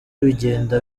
bigenda